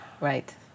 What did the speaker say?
Right